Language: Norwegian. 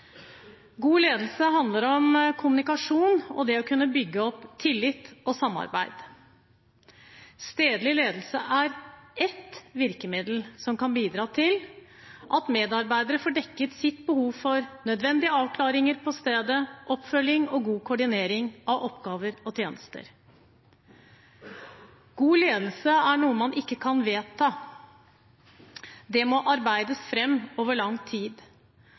God ledelse handler om kommunikasjon og det å kunne bygge opp tillit og samarbeid. Stedlig ledelse er ett virkemiddel som kan bidra til at medarbeidere får dekket sitt behov for nødvendige avklaringer på stedet, oppfølging og god koordinering av oppgaver og tjenester. God ledelse er noe man ikke kan vedta – det må arbeides fram over lang tid.